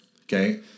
okay